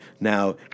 Now